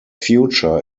future